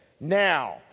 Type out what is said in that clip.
Now